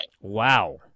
Wow